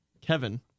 Kevin